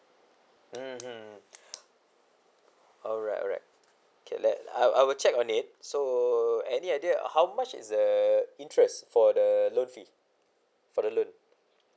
mmhmm alright alright okay let I I will check on it so any idea how much is the interest for the loan fee for the loan